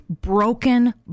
broken